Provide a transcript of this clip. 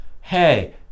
hey